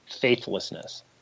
faithlessness